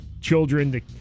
children